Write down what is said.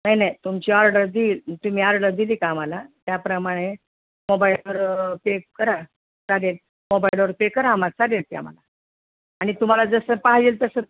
नाही नाही तुमची ऑर्डर दि तुम्ही आर्डर दिली का आम्हाला त्याप्रमाणे मोबाइलवर पे करा चालेल मोबाइलवर पे करा आम्हाला चालेल ते आम्हाला आणि तुम्हाला जसं पाहिजेल तसं